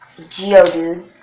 Geodude